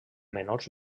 menors